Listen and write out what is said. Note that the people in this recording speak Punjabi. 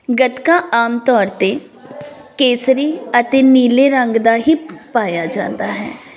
ਗੱਤਕਾ ਆਮ ਤੌਰ 'ਤੇ ਕੇਸਰੀ ਅਤੇ ਨੀਲੇ ਰੰਗ ਦਾ ਹੀ ਪਾਇਆ ਜਾਂਦਾ ਹੈ